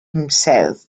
himself